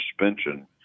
suspension